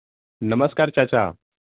नमस्कार चाचा